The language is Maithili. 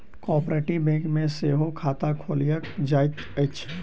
कोऔपरेटिभ बैंक मे सेहो खाता खोलायल जाइत अछि